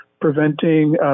preventing